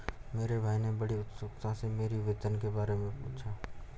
मेरे भाई ने बड़ी उत्सुकता से मेरी वेतन के बारे मे पूछा